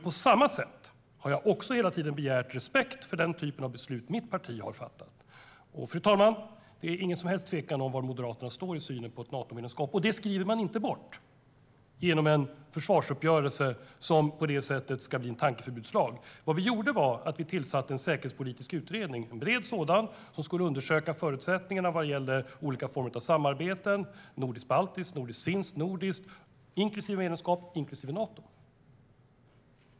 På samma sätt har jag hela tiden begärt respekt för den typen av beslut som mitt parti har fattat. Det är ingen som helst tvekan, fru talman, om var Moderaterna står i synen på ett Natomedlemskap. Det skriver man inte bort genom en försvarsuppgörelse som i så fall blir en tankeförbudslag. Vad vi gjorde var att vi tillsatte en bred säkerhetspolitisk utredning som skulle undersöka förutsättningarna för olika former av samarbeten, nordisk-baltiskt, nordisk-finskt, inklusive medlemskap i Nato.